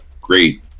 great